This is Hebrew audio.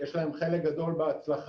יש להם חלק גדול בהצלחה.